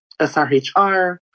SRHR